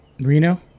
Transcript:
Reno